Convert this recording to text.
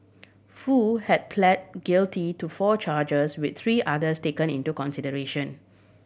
Foo had plead guilty to four charges with three others taken into consideration